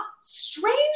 strange